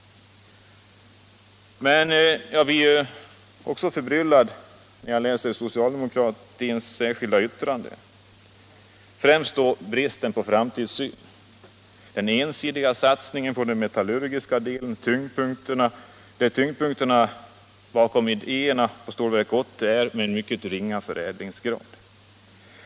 Men jag blir också förbryllad när jag läser socialdemokraternas särskilda yttrande, främst för bristen på framtidssyn och för den ensidiga satsningen på den metallurgiska delen och att tyngdpunkten när det gäller idéerna bakom Stålverk 80 är en mycket ringa förädlingsgrad.